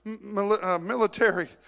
military